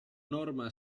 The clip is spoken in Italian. norma